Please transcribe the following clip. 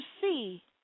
see